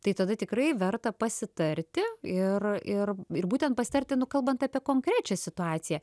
tai tada tikrai verta pasitarti ir ir ir būtent pasitarti nu kalbant apie konkrečią situaciją